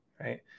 Right